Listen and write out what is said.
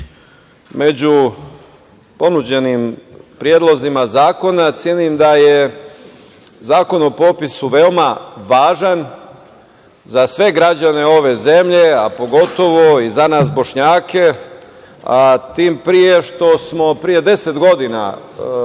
među ponuđenim predlozima zakona, cenim da je Zakon o popisu veoma važan za sve građane ove zemlje, a pogotovo i za nas Bošnjake, a tim pre što smo pre 10 godina,